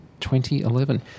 2011